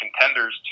contenders